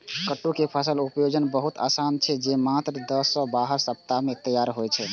कट्टू के फसल उपजेनाय बहुत आसान छै, जे मात्र दस सं बारह सप्ताह मे तैयार होइ छै